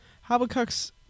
Habakkuk's